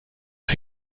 für